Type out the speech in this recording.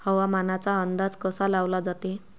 हवामानाचा अंदाज कसा लावला जाते?